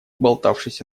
болтавшийся